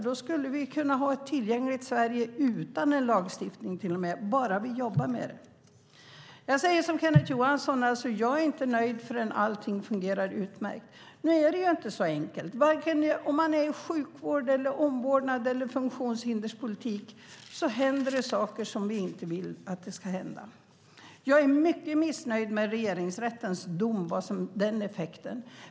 Då kan vi få ett tillgängligt Sverige utan hjälp av en lagstiftning. Jag säger som Kenneth Johansson, nämligen att jag inte är nöjd förrän allt fungerar utmärkt. Nu är det inte så enkelt. Vare sig man befinner sig i sjukvård, omvårdnad eller utövar funktionshinderspolitik händer saker vi inte vill ska hända. Jag är mycket missnöjd med effekten av Regeringsrättens dom.